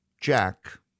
Jack